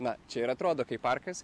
na čia ir atrodo kaip parkas